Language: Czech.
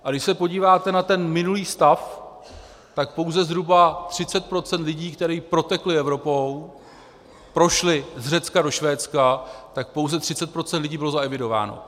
A když se podíváte na ten minulý stav, tak pouze zhruba 30 % lidí, kteří protekli Evropou, prošli z Řecka do Švédska, tak pouze 30 % lidí bylo zaevidováno.